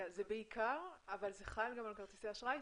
אבל זה חל גם על כרטיסי אשראי?